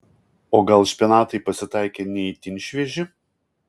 o gal špinatai pasitaikė ne itin švieži